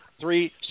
three